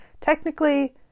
Technically